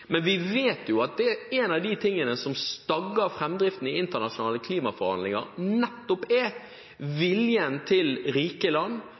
Men vi vet at en av de tingene som stagger framdriften i internasjonale klimaforhandlinger, nettopp er rike lands vilje til